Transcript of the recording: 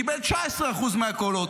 קיבל 19% מהקולות.